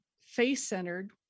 face-centered